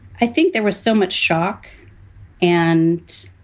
i think there was so much shock and.